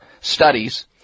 studies